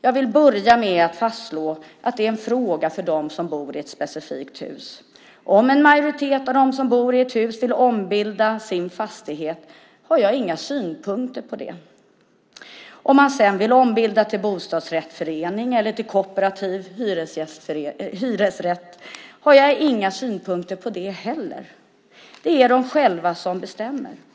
Jag skulle vilja börja med att fastslå att det är en fråga för dem som bor i ett specifikt hus. Om en majoritet av dem som bor i ett hus vill ombilda sin fastighet har jag inga synpunkter på det. Om de sedan vill ombilda till bostadsrättsförening eller kooperativ hyresrätt har jag heller inte synpunkter på det. Det är de själva som bestämmer.